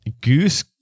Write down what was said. goose